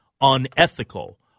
unethical